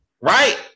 right